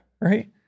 Right